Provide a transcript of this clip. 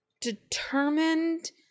determined